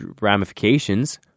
ramifications